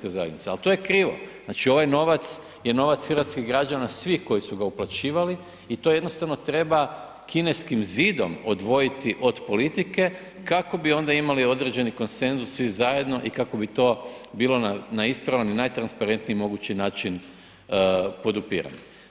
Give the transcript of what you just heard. HDZ, al to je krivo, znači ovaj novac je novac hrvatskih građana svih koji su ga uplaćivali i to jednostavno treba kineskim zidom odvojiti od politike kako bi onda imali određeni konsenzus svi zajedno i kako bi to bilo na ispravan i najtransparentniji mogući način podupirat.